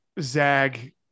Zag –